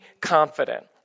confident